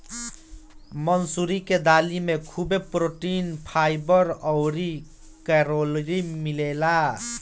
मसूरी के दाली में खुबे प्रोटीन, फाइबर अउरी कैलोरी मिलेला